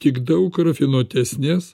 tik daug rafinuotesnes